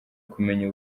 kumenya